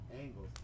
angles